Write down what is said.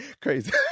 Crazy